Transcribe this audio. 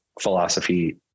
philosophy